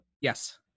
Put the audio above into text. Yes